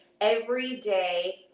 everyday